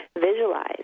visualize